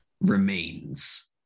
remains